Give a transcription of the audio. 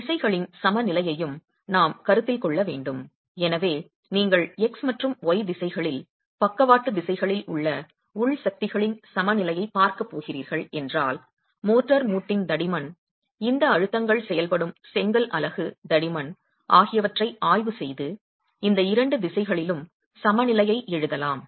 விசைகளின் சமநிலையையும் நாம் கருத்தில் கொள்ள வேண்டும் எனவே நீங்கள் x மற்றும் y திசைகளில் பக்கவாட்டு திசைகளில் உள்ள உள் சக்திகளின் சமநிலையைப் பார்க்கப் போகிறீர்கள் என்றால் மோர்டார் மூட்டின் தடிமன் இந்த அழுத்தங்கள் செயல்படும் செங்கல் அலகு தடிமன் ஆகியவற்றை ஆய்வு செய்து இந்த இரண்டு திசைகளிலும் சமநிலையை எழுதலாம்